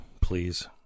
please